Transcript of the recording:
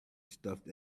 stuffed